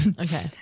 Okay